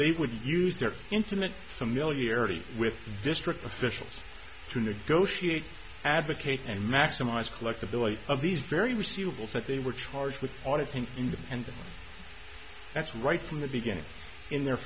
they would use their intimate familiarity with district officials to negotiate advocate and maximize collectability of these very receivables that they were charged with auditing in the end that's right from the beginning in their